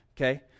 Okay